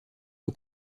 aux